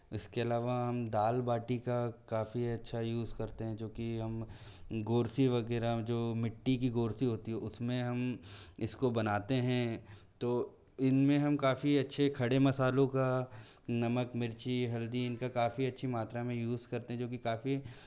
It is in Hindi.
इसके अलावा हम दाल बाटी का काफ़ी अच्छा यूज़ करते है जो की हम गौरसी वगैरह जो मिट्टी की गौरसी होती है उसमें हम इसको बनाते हैं तो इनमें हम काफ़ी अच्छे खड़े मसालों का नमक मिर्ची हल्दी इनका काफ़ी अच्छी मात्रा में यूज़ करते हैं जो कि काफ़ी